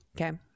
Okay